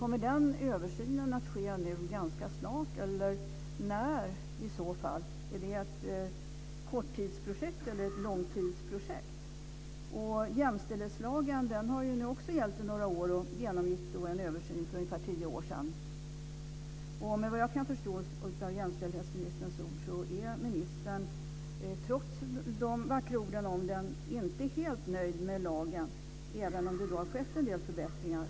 Kommer den översynen att ske ganska snart, eller när blir det aktuellt i så fall? Är det ett korttidsprojekt eller ett långtidsprojekt? Jämställdhetslagen har nu gällt i några år, och den genomgick en översyn för tio år sedan. Såvitt jag kan förstå av det som jämställdhetsministern säger är hon - trots de vackra orden - inte helt nöjd med den lagen, även om det har skett en del förbättringar.